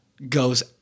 goes